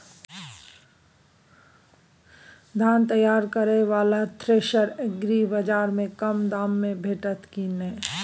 धान तैयार करय वाला थ्रेसर एग्रीबाजार में कम दाम में भेटत की नय?